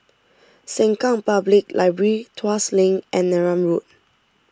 Sengkang Public Library Tuas Link and Neram Road